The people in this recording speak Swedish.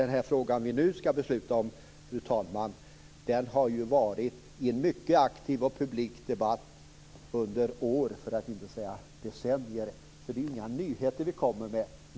Den fråga vi nu skall besluta om, fru talman, har det förts en mycket aktiv publik debatt om under år, för att inte säga decennier. Det är inga nyheter vi kommer med.